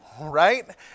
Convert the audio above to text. right